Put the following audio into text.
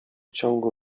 ciągu